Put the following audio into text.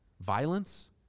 Violence